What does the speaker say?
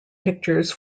pictures